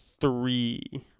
three